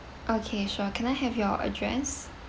okay sure can I have your address